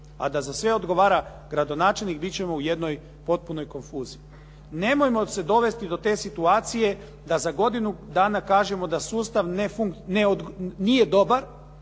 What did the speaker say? a da za sve odgovara gradonačelnik bit ćemo u jednoj potpunoj konfuziji. Nemojmo se dovesti do te situacije da za godinu dana kažemo da sustav nije dobar,